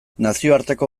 nazioarteko